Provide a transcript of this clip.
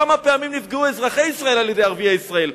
כמה פעמים נפגעו אזרחי ישראל על-ידי ערביי ישראל?